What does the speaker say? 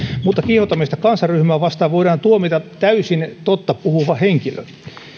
mutta kiihottamisesta kansanryhmää vastaan voidaan tuomita täysin totta puhuva henkilö